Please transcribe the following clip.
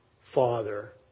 father